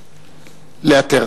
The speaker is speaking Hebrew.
היכולת לאתר.